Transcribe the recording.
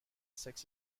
sex